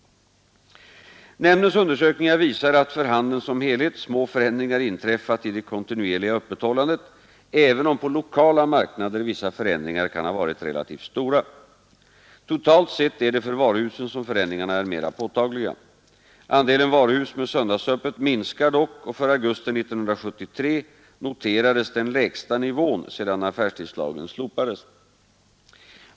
Nämndens undersökningar visar att för handeln som helhet små förändringar inträffat i det kontinuerliga öppethållandet även om på lokala marknader vissa förändringar kan ha varit relativt stora. Totalt sett är det för varuhusen som förändringarna är mera påtagliga. Andelen varuhus med söndagsöppet minskar dock och för augusti 1973 noterades den lägsta nivån sedan affärstidslagen slopades.